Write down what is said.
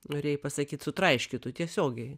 norėjai pasakyt sutraiškytų tiesiogiai